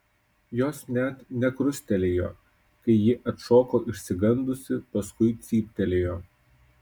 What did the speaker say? jos net nekrustelėjo kai ji atšoko išsigandusi paskui cyptelėjo